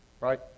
Right